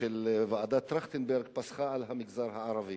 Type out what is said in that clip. של ועדת-טרכטנברג פסחו על המגזר הערבי.